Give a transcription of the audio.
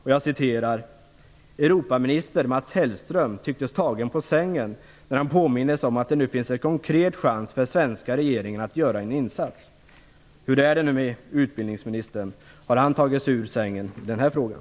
Där står: "Europaminister Mats Hellström tycktes tagen på sängen när han --- påmindes om att det nu finns en konkret chans för svenska regeringen att göra en insats." Hur är det med utbildningsministern? Har han tagit sig ur sängen när det gäller den här frågan?